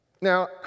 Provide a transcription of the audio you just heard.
Now